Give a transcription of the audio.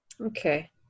Okay